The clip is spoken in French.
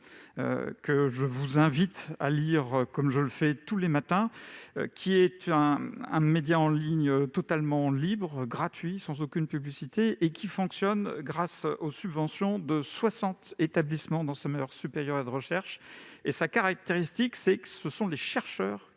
que je vous invite à lire comme je le fais tous les matins. C'est un média totalement libre, gratuit, sans aucune publicité et qui fonctionne grâce aux subventions de soixante établissements d'enseignement supérieur et de recherche. Sa caractéristique, c'est que ce sont des chercheurs